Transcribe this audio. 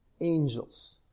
angels